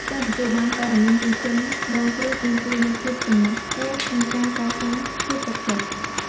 ការទទួលបានព័ត៌មានពីជនរងគ្រោះទាមទារនូវភាពសម្ងាត់ខ្ពស់ និងការកសាងភាពទុកចិត្ត។